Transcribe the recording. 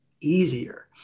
easier